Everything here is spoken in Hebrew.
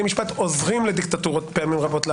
משפט עוזרים לדיקטטורות פעמים רבות לעלות.